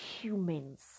humans